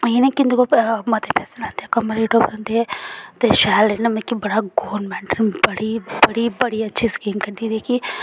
इयां नी उन्दे कोल मते पैसे लैते कम रेट पर दिंदे ऐ ते शैल इयां मिकी बड़ा गौरमैंट ने बड़ी बड़ी बड़ी अच्छी स्कीम कड्डी दी कि